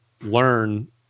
learn